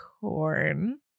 corn